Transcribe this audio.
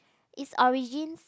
its origins